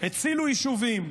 הצילו יישובים,